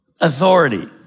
Authority